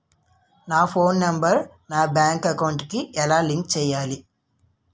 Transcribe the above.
నా phone number నా bank account కి ఎలా లింక్ చేయాలి?